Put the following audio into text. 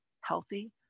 healthy